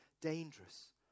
dangerous